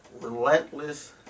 relentless